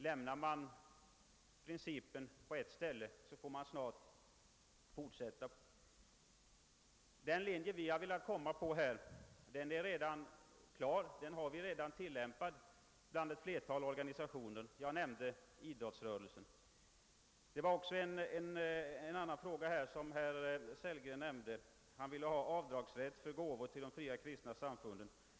Överger man principen på ett område får man snart fortsätta att göra så på andra områden. Den linje vi har valt har redan tillämpats för flera organisationer; jag nämnde förut idrottsrörelsen. Herr Sellgren tog också upp frågan om avdragsrätt för gåvor till de fria kristna samfunden.